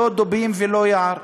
לא דובים ולא יער,